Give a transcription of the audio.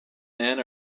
men